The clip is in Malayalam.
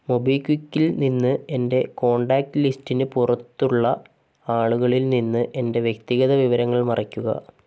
മൊബിക്വിക്കിൽ നിന്ന് എൻ്റെ കോൺടാക്റ്റ് ലിസ്റ്റിന് പുറത്തുള്ള ആളുകളിൽ നിന്ന് എൻ്റെ വ്യക്തിഗത വിവരങ്ങൾ മറയ്ക്കുക